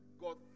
God